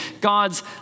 God's